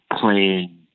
playing